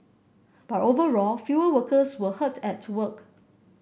but overall fewer workers were hurt at work